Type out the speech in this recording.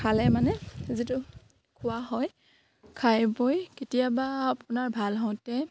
খালে মানে যিটো খোৱা হয় খাই বৈ কেতিয়াবা আপোনাৰ ভাল হওঁতে